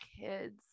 kids